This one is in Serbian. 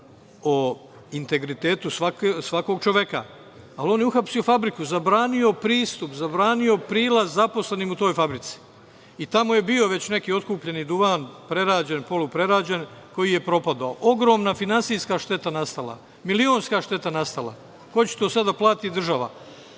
o integritetu svakog čovek, ali on je uhapsio fabriku, zabranio pristup, zabranio prilaz zaposlenima u toj fabrici. Tamo je bio već neki otkupljeni duvan, prerađen, polu prerađen koji je propadao. Ogromna finansijska šteta je nastala, milionska šteta nastala. Ko će sve to da plati? Država.